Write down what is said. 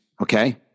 Okay